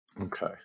Okay